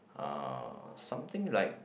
uh something like